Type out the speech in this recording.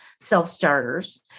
self-starters